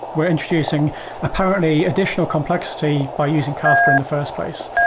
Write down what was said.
we're introducing apparently additional complexity by using kafka in the first place.